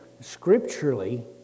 scripturally